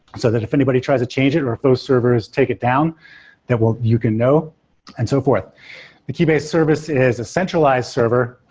so that if anybody tries to change it, or if those servers take it down that well, you can know and so forth the keybase service is a centralized server,